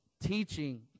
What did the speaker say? teaching